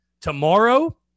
tomorrow